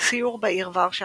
סיור בעיר ורשה